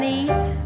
eat